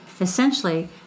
Essentially